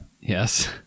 Yes